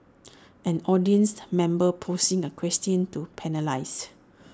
an audience member posing A question to panellists